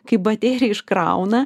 kaip bateriją iškrauna